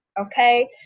okay